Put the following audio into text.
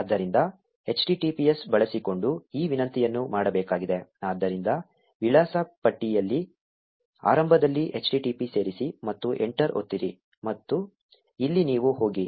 ಆದ್ದರಿಂದ https ಬಳಸಿಕೊಂಡು ಈ ವಿನಂತಿಯನ್ನು ಮಾಡಬೇಕಾಗಿದೆ ಆದ್ದರಿಂದ ವಿಳಾಸ ಪಟ್ಟಿಯಲ್ಲಿ ಆರಂಭದಲ್ಲಿ https ಸೇರಿಸಿ ಮತ್ತು ಎಂಟರ್ ಒತ್ತಿರಿ ಮತ್ತು ಇಲ್ಲಿ ನೀವು ಹೋಗಿ